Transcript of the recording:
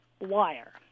wire